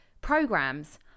programs